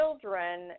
children